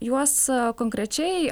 juos konkrečiai